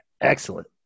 excellent